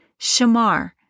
Shamar